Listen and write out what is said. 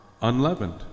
unleavened